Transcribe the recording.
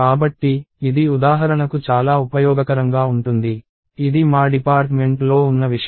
కాబట్టి ఇది ఉదాహరణకు చాలా ఉపయోగకరంగా ఉంటుంది ఇది మా డిపార్ట్మెంట్ లో ఉన్న విషయం